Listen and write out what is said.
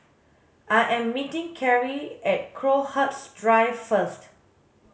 I am meeting Kerri at Crowhurst Drive first